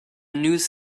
news